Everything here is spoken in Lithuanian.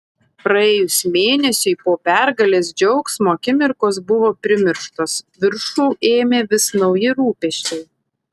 praėjus mėnesiui po pergalės džiaugsmo akimirkos buvo primirštos viršų ėmė vis nauji rūpesčiai